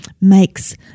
makes